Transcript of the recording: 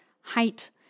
height